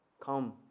Come